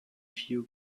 few